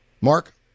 Mark